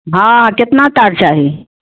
ہاں کتنا تار چاہی